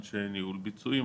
אנשי ניהול ביצועים,